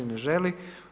Ne želi.